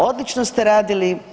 Odlično ste radili.